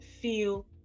feel